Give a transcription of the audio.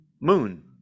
moon